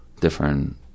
different